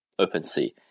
OpenSea